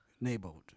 neighborhood